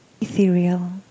ethereal